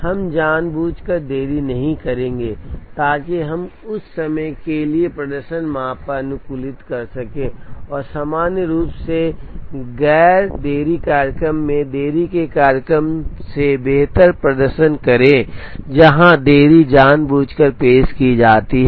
हम जानबूझकर देरी नहीं करेंगे ताकि हम उस के लिए प्रदर्शन माप पर अनुकूलित कर सकें और सामान्य रूप से गैर देरी कार्यक्रम में देरी के कार्यक्रम से बेहतर प्रदर्शन करें जहां देरी जानबूझकर पेश की जाती है